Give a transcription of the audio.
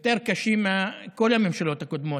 יותר קשים מכל הממשלות הקודמות.